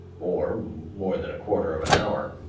or more than a quarter of an hour